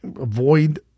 Avoid